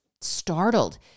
startled